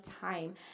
time